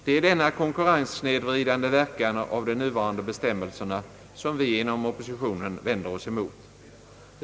Det är denna konkurrenssnedvridande verkan av de nuvarande bestämmelserna som vi inom oppositionen vänder oss emot.